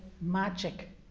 magic